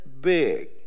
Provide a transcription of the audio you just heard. big